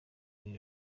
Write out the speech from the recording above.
iri